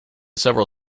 several